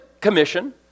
commission